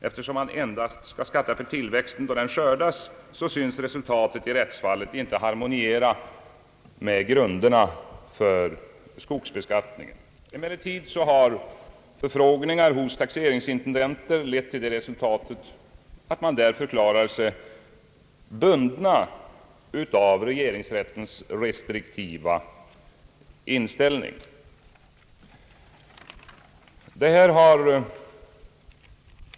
Eftersom man endast skall skatta för tillväxten då den skördas synes resultatet i rättsfallet inte helt harmoniera med grunderna för skogsbeskattningen.» Emellertid har förfrågningar hos taxeringsintendenter resulterat i att de förklarat sig bundna av regeringsrättens restriktiva inställning.